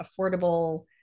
affordable